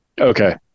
Okay